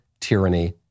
tyranny